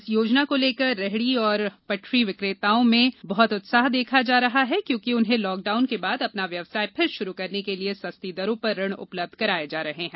इस योजना को लेकर रेहडी और पटरी विक्रेताओं में बहुत उत्साह देखा जा रहा है क्योंकि उन्हें लॉकडाउन के बाद अपना व्यवसाय फिर शुरू करने के लिए सस्ती दरों पर ऋण उपलब्ध कराए जा रहे हैं